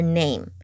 name